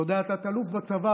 שעוד היה תת-אלוף בצבא,